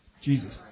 Jesus